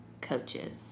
coaches